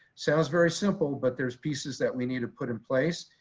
sounds very simple but there's pieces that we need to put in place.